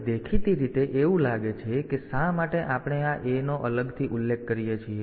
હવે દેખીતી રીતે એવું લાગે છે કે શા માટે આપણે આ A નો અલગથી ઉલ્લેખ કરીએ છીએ